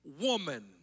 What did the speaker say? woman